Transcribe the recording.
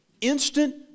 Instant